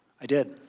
i did.